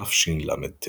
תשל"ט